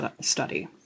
study